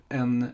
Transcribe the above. en